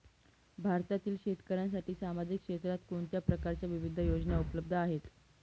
भारतीय शेतकऱ्यांसाठी सामाजिक क्षेत्रात कोणत्या प्रकारच्या विविध योजना उपलब्ध आहेत?